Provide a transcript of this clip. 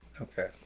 Okay